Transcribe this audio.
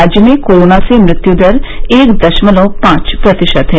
राज्य में कोरोना से मृत्युदर एक दशमलव पांच प्रतिशत है